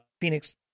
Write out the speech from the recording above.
Phoenix